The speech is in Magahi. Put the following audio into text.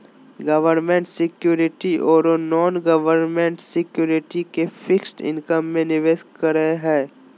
गवर्नमेंट सिक्युरिटीज ओरो नॉन गवर्नमेंट सिक्युरिटीज के फिक्स्ड इनकम में निवेश करे हइ